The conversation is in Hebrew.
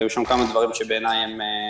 כי היו שם כמה דברים שבעיניי לא